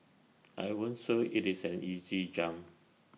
I won't say IT is an easy jump